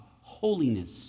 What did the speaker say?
holiness